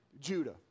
Judah